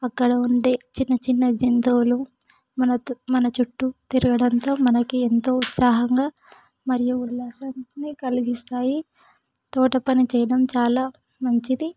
అక్కడ ఉండే చిన్న చిన్న జంతువులు మన చుట్టు తిరగడంతో మనకి ఎంతో ఉత్సాహంగా మరియు ఉల్లాసాన్ని కలిగిస్తాయి తోట పని చేయడం చాలా మంచిది